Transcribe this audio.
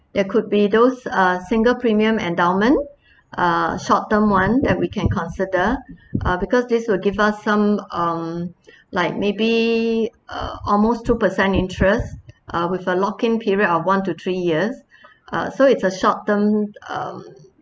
there could be those uh single premium endowment uh short term [one] that we can consider uh because this will give us some um like maybe uh almost two percent interest uh with a lock in period of one to three years uh so it's a short term um